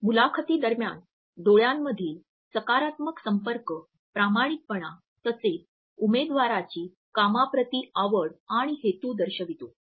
मुलाखती दरम्यान डोळ्यांमधील सकारात्मक संपर्क प्रामाणिकपणा तसेच उमेदवाराची कामाप्रती आवड आणि हेतू दर्शवितो